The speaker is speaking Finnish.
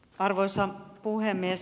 arvoisa puhemies